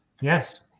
yes